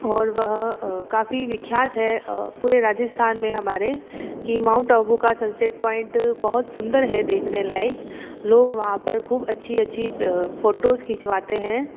और वह काफ़ी विख्यात है पूरे राजस्थान में हमारे कि माउंट आबू का सनसेट पॉइंट बहुत सुंदर है देखने लायक लोग वहाँ पर ख़ूब अच्छी अच्छी फोटोज़ खिंचवाते हैं